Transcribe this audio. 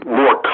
more